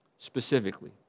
Specifically